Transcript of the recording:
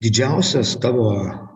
didžiausias tavo